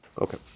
Okay